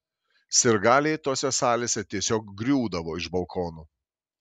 sirgaliai tose salėse tiesiog griūdavo iš balkonų